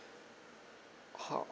how